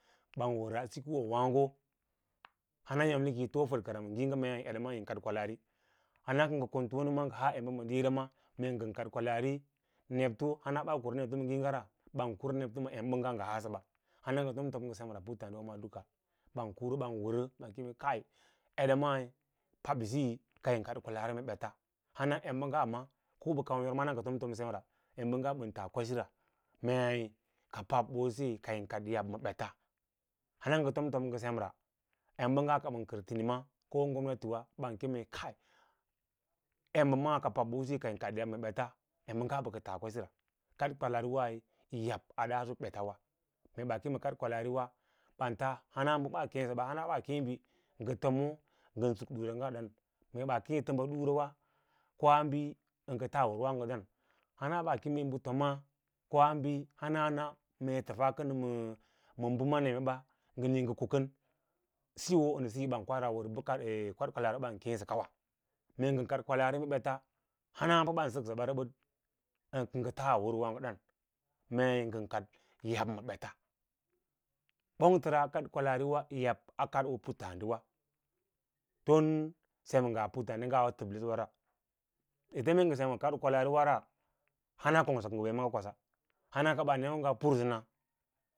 Ban wara si koowaigo hanayam n iyi too fadkara ma ngange mee eda maa yin ad kwalaari hana ka nga kon tome nja has emba ma diira ma mee ngan kwalaari nebto hansa baa kura nebto ma ngiiga ra ban kura nebro ma embanga nga nga semra a puttadiwa maa duka ban kura ban wara a kemkai edam ai pabbisi kayin kad kwalaari mabets hana embangya ma kau yorma hana nga tom tom sem a kaba tas kwasira a ke pabbose kayimkadlakwalaari ma bets nana nga tom tom snra embangy ban kar teini ko a gomnatiwa ba keme kai nda maa ka pabbosa ka yim kaayab ma bets, kuma ka taas kwasira kad kwalaari wai yi ab a daaso beta wa bas kem kab kwalaariwa ban tas hana baa kee bi, hana baa sei bisa nga tomo ngan sak duval nga tamba durawa hana bas nga ko hana na mee tafas ken ma ba ma mene ban ga nii nga ko kon so siyo ban kwasa war ba kadoo kwalari ban kensa kara mee ngan kad kwalaari ma bets hana mba bau saksa ba rabab nga taa war naago daan mee ngan kad yab ma bets bougatan kad kwalaari wa y yab a kadoo puttadwiwa tu sem nga puttaadins gam yo tablas ngawa re ee mee nga sm ma nka kwalaari wara hana kongsa ka nga wee maage kwasa hana ka baa neu ngaa pursuna